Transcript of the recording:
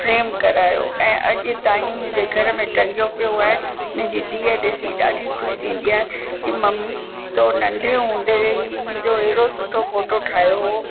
frame करायो ऐं अॼ ताईं मुंहिंजे घर में तंगियो पए आहे मुंहिंजी धीअ ॾिसी ॾाढी ख़ुशि थींदी आहे कि मम्मी तू नंढे हूंदे ई मुंहिंजो अहिड़ो सुठो फोटो ठाहियो हो